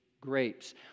grapes